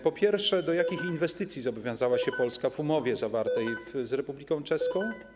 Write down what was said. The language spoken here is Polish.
Po pierwsze: Do jakich inwestycji zobowiązała się Polska w umowie zawartej z Republiką Czeską?